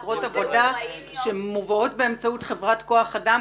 מהגרות עבודה שמובאות באמצעות חברת כוח אדם,